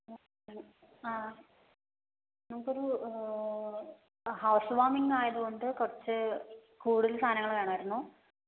ആ നമുക്കൊരു ഹൌസ് വാമിങ് ആയതുകൊണ്ട് കുറച്ച് കൂടുതൽ സാധനങ്ങൾ വേണമായിരുന്നു